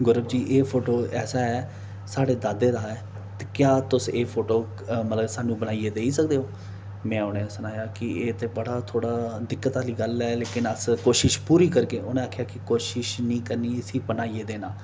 गौरव जी एह् फोटो ऐसा फोटो ऐसा ऐ साढ़े दादे दा ऐ ते क्या तुस एह् फोटो मतलब सानू बनाइयै देई सकदे ओ में उनेंगी सनाया कि एह् ते बड़ा थोह्ड़ा दिक्कत आह्ली गल्ल ऐ लेकिन अस कोशिश पूरी करगे उनें आखेआ कि कोशिश नी करनी इसी बनाइयै देना